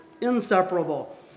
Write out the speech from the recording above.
Inseparable